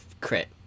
crit